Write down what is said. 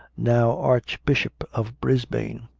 now archbishop of brisbane,